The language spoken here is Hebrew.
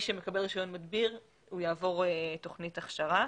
שמקבל רישיון מדביר יעבור תוכנית הכשרה.